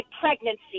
pregnancy